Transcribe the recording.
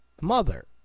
mother